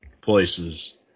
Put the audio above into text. places